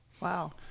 wow